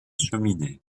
cheminée